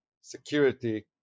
security